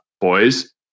boys